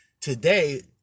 today